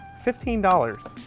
fifteen dollars.